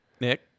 Nick